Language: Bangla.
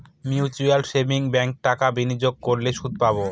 মিউচুয়াল সেভিংস ব্যাঙ্কে টাকা বিনিয়োগ করলে সুদ পাবে